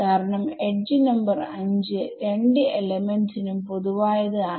കാരണം edge number 5രണ്ട് എലമെന്റ്സ്നും പൊതുവായത് ആണ്